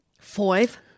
Five